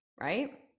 right